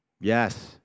Yes